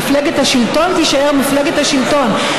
מפלגת השלטון תישאר מפלגת השלטון,